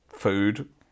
food